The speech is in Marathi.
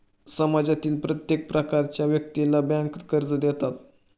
समाजातील प्रत्येक प्रकारच्या व्यक्तीला बँका कर्ज देतात